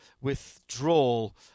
withdrawal